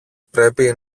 πρέπει